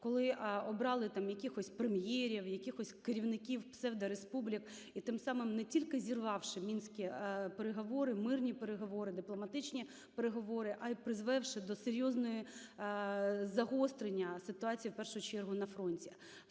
коли обрали там якихось прем'єрів, якихось керівниківпсевдореспублік і тим самим не тільки зірвавши мінські переговори, мирні переговори, дипломатичні переговори, а й призвівши до серйозного загострення ситуації в першу чергу на фронті.